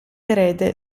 erede